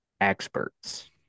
Experts